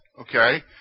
okay